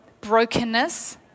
brokenness